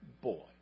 boy